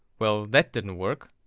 well that didn't work.